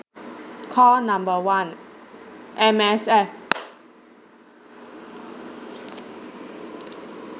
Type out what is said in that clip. call number one M_S_F